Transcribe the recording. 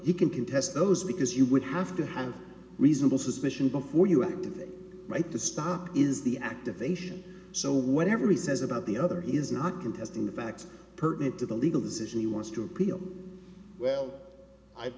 you can contest those because you would have to have reasonable suspicion before you are right the start is the activation so whatever he says about the other he is not contesting the facts pertinent to the legal decision he wants to appeal well i